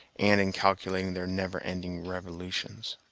and in calculating their never-ending revolutions.